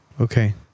Okay